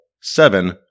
Seven